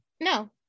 no